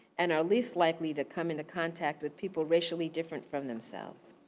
and are least likely to come into contact with people racially different from themselves.